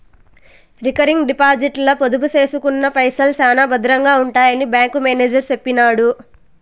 recurring డిపాజిట్ల పొదుపు సేసుకున్న పైసల్ శానా బద్రంగా ఉంటాయని బ్యాంకు మేనేజరు సెప్పినాడు